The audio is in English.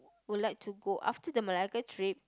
would like to go after the Malacca trip